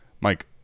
Mike